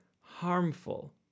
harmful